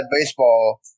baseball